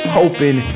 hoping